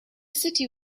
city